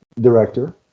director